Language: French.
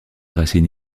racines